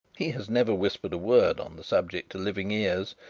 he has never whispered a word on the subject to living ears,